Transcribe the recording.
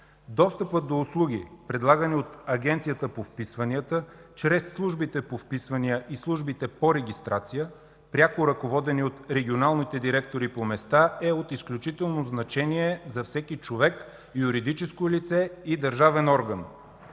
Достъпът до услуги, предлагани от Агенцията по вписванията чрез службите по вписвания и службите по регистрация, пряко ръководени от регионалните директори по места, е от изключително значение за всеки човек, юридическо лице и държавен орган.